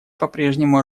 попрежнему